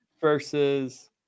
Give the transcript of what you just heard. versus